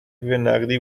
نقدی